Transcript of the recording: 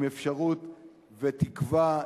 עם אפשרות ותקווה,